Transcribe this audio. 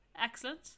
excellent